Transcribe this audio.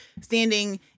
standing